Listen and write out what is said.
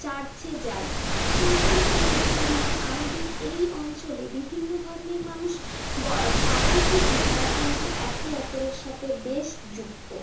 চার্চে যায় সেই জন্যই বলতে পারি যে আমাদের এই অঞ্চলে বিভিন্ন ধর্মের মানুষ থাকে ঠিকই তাঁরা কিন্তু একে অপরের সাথে বেশ যুক্ত